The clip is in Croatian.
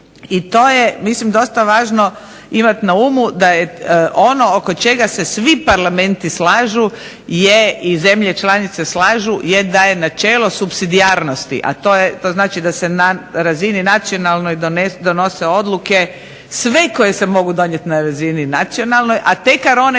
I to je mislim dosta važno imati na umu da je ono oko čega se svi parlamenti slažu i zemlje članice slažu je da je načelo supsidijarnosti, a to znači da se na razini nacionalnoj donose odluke sve koje se mogu donijeti na razini nacionalnoj, a tek one